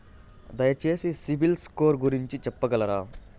దయచేసి సిబిల్ స్కోర్ గురించి చెప్పగలరా?